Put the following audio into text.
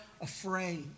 afraid